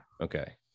Okay